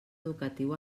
educatiu